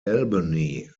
albany